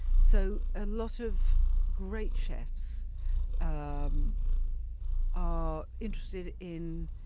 so a lot of great chefs um are interested in